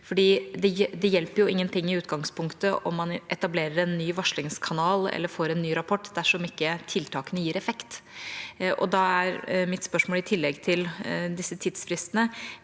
Det hjelper i utgangspunktet ingen ting om man etablerer en ny varslingskanal eller får en ny rapport, dersom ikke tiltakene gir effekt. Da er mitt spørsmål: I tillegg til disse tidsfristene,